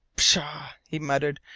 pshaw! he muttered,